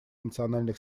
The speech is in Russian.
национальных